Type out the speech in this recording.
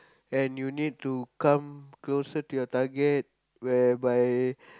and you need to come closer to your target whereby